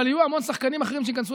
אבל יהיו המון שחקנים אחרים שייכנסו